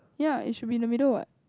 ya it should be in the middle what